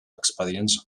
expedients